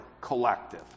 collective